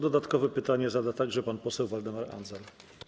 Dodatkowe pytanie zada także pan poseł Waldemar Andzel.